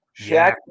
Shaq